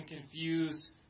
confuse